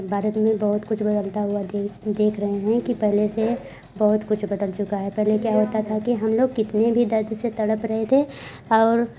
भारत में बहुत कुछ बदलता हुआ देश देख रहे हैं कि पहले से बहुत कुछ बदल चुका है पहले क्या होता था कि हम लोग कितने भी दर्द से तड़प रहे थे और